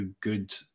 good